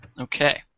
Okay